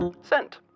Sent